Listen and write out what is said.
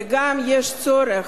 וגם יש צורך.